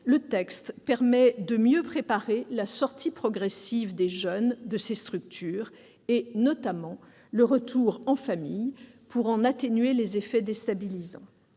le texte permet de mieux préparer la sortie progressive des jeunes de ces structures, notamment le retour en famille, pour en atténuer les effets déstabilisants.